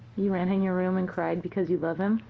you ran in your room and cried because you love him?